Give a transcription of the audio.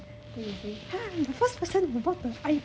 I also like 机房 cause it's also very like